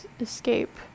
escape